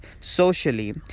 socially